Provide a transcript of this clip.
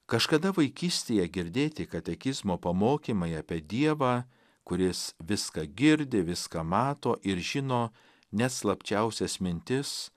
kažkada vaikystėje girdėti katekizmo pamokymai apie dievą kuris viską girdi viską mato ir žino net slapčiausias mintis